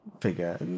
figure